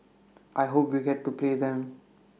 I hope we get to play them